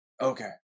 Okay